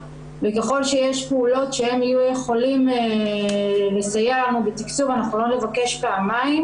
וככל שיש פעולות שהם יהיו יכולים לסייע לנו בתקצוב אנחנו לא נבקש פעמיים